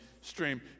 stream